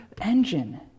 engine